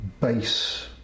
base